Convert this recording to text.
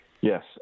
yes